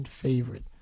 Favorite